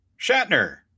shatner